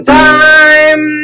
time